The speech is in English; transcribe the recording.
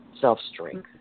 self-strength